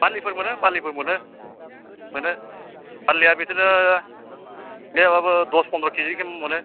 बार्लिफोर मोनो बार्लिबो मोनो मोनो बार्लिया बिदिनो गैयाबाबो दस फनद्र किजिसिम मोनो